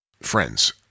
friends